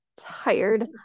tired